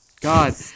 God